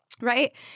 Right